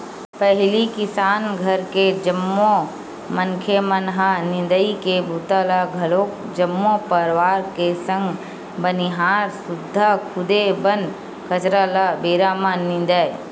पहिली किसान घर के जम्मो मनखे मन ह निंदई के बूता ल घलोक जम्मो परवार के संग बनिहार सुद्धा खुदे बन कचरा ल बेरा म निंदय